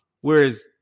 Whereas